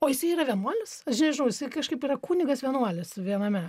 o jisai yra vienuolis aš nežinau jisai kažkaip yra kunigas vienuolis viename